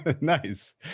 Nice